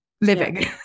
living